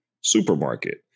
supermarket